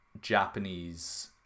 Japanese